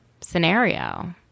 scenario